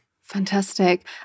Fantastic